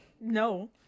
no